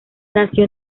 nació